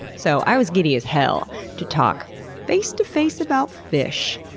so, i was giddy as hell to talk face to face about fish.